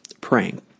praying